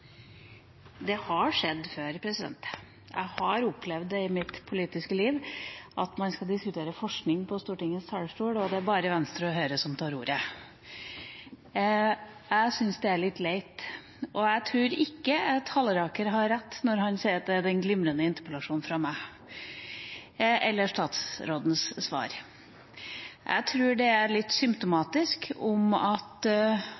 Det har skjedd før i mitt politiske liv at jeg har opplevd at når man skal diskutere forskning på Stortinget, er det bare Venstre og Høyre som tar ordet. Jeg syns det er litt leit. Og jeg tror ikke at representanten Halleraker har rett når han sier at det skyldes en glimrende interpellasjon fra meg og gode svar fra utenriksministeren. Jeg tror det er litt